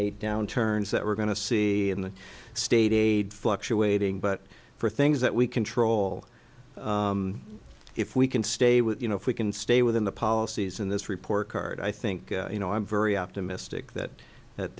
eight downturns that we're going to see in the state aid fluctuating but for things that we control if we can stay with you know if we can stay within the policies in this report card i think you know i'm very optimistic that